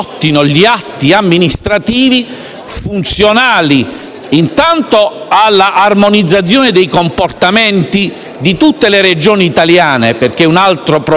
funzionali, intanto alla armonizzazione dei comportamenti di tutte le Regioni italiane. Un altro problema controverso,